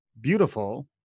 beautiful